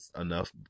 enough